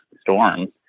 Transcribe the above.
storms